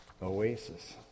oasis